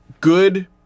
good